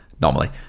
normally